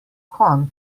konj